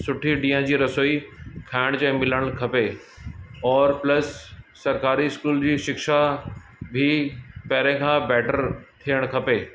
सुठी ॾींहं जी रसोई खाइण जे मिलणु खपे औरि प्लस सरकारी स्कूल की शिक्षा बि पहिरें खां बैटर थियणु खपे